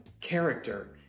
character